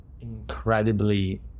incredibly